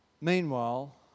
Meanwhile